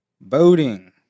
voting